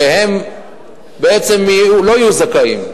שהם בעצם לא יהיו זכאים,